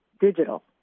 digital